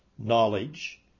knowledge